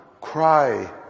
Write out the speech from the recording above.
cry